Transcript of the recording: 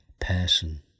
person